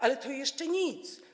Ale to jeszcze nic.